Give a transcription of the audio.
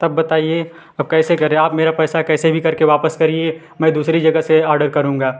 तब बताइए अब कैसे करें आप मेरा पैसा कैसे भी करके वापस करिए मैं दूसरी जगह से ऑडर करूँगा